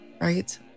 right